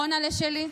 רונה'לה שלי,